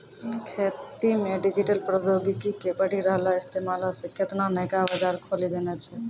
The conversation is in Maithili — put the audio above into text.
खेती मे डिजिटल प्रौद्योगिकी के बढ़ि रहलो इस्तेमालो से केतना नयका बजार खोलि देने छै